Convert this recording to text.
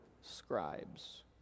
scribes